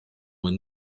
when